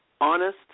honest